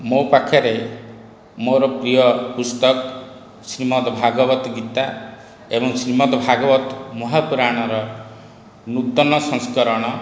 ମୋ ପାଖରେ ମୋର ପ୍ରିୟ ପୁସ୍ତକ୍ ଶ୍ରୀମଦ୍ ଭାଗବତ ଗୀତା ଏବଂ ଶ୍ରୀମଦ୍ ଭାଗବତ ମହାପୁରାଣର ନୂତନ ସଂସ୍କରଣ